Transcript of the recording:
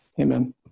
Amen